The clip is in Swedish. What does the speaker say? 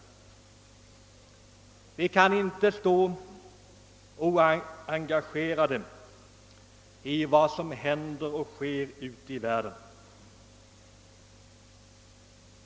Vi kan inte stå oengagerade inför vad som händer och sker ute i världen.